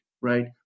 right